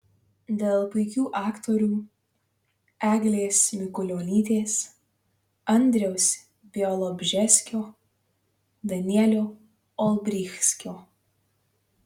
dėl puikių aktorių eglės mikulionytės andriaus bialobžeskio danielio olbrychskio